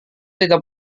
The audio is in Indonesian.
tidak